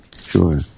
Sure